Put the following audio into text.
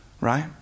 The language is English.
right